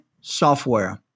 software